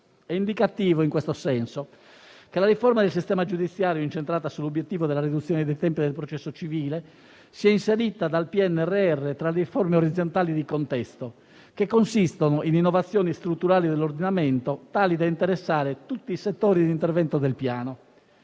È indicativo, in questo senso, che la riforma del sistema giudiziario, incentrata sull'obiettivo della riduzione dei tempi del processo civile, sia inserita dal PNRR tra le riforme orizzontali, di contesto, che consistono in innovazioni strutturali dell'ordinamento, tali da interessare, in modo trasversale, tutti i settori di intervento del Piano.